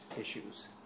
issues